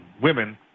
women